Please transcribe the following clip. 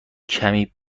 کمی